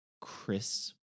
Chris